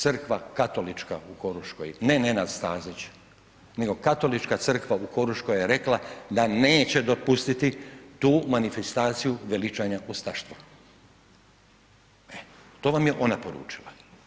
Crkva Katolička u Koruškoj, ne Nenad Stazić, nego Katolička crkva u Koruškoj je rekla da neće dopustiti tu manifestaciju veličanja ustaštva, e to vam je ona poručila.